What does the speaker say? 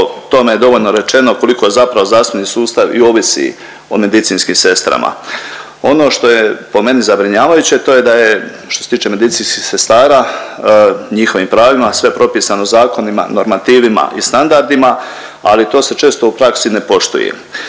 tome je dovoljno rečeno koliko zapravo zdravstveni sustav i ovisi o medicinskim sestrama. Ono što je po meni zabrinjavajuće to je da je što se tiče medicinskih sestara, njihovim pravima sve propisano zakonima, normativima i standardima, ali to se često u praksi ne poštuje.